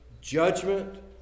Judgment